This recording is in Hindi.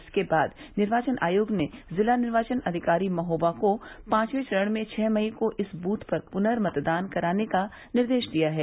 इसके बाद निर्वाचन आयोग ने जिला निर्वाचन अधिकारी महोबा को पांचवें चरण में छह मई को इस बूथ पर पुनर्मतदान कराने का निर्देश दिया है